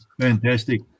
Fantastic